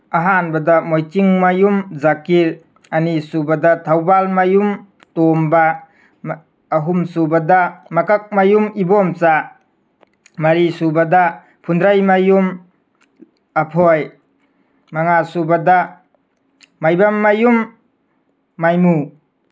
ꯑꯍꯥꯟꯕꯗ ꯃꯣꯏꯆꯤꯡꯃꯌꯨꯝ ꯖꯥꯀꯤꯔ ꯑꯅꯤꯁꯨꯕꯗ ꯊꯧꯕꯥꯜꯃꯌꯨꯝ ꯇꯣꯝꯕ ꯑꯍꯨꯝꯁꯨꯕꯗ ꯃꯀꯛꯃꯌꯨꯝ ꯏꯕꯣꯝꯆꯥ ꯃꯔꯤ ꯁꯨꯕꯗ ꯐꯨꯟꯗ꯭ꯔꯩꯃꯌꯨꯝ ꯑꯥꯐꯣꯏ ꯃꯉꯥ ꯁꯨꯕꯗ ꯃꯥꯏꯕꯝꯃꯌꯨꯝ ꯃꯥꯏꯃꯨ